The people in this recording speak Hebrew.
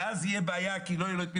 ואז תהיה בעיה כי לא יהיה לו את מי